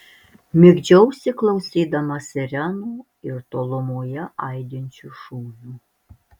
migdžiausi klausydamas sirenų ir tolumoje aidinčių šūvių